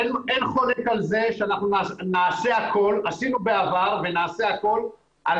אין חולק על זה שאנחנו עשינו בעבר ונעשה הכול על